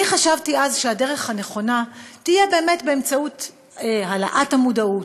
אני חשבתי אז שהדרך הנכונה תהיה באמת באמצעות העלאת המודעות,